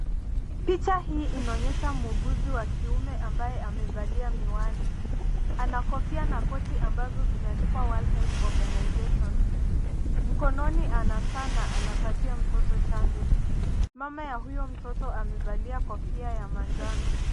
Picha hii inaonyesha muuguzi wa kiume ambaye amevalia miwani. Ana kofia na koti ambazo zimeandikwa World Health Organization. Mkononi ana saa na anapatia mtoto chanjo. Mama ya huyo mtoto amevalia kofia ya manjano.